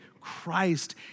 Christ